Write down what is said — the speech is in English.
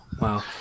Wow